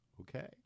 Okay